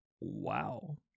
wow